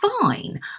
fine